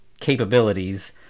capabilities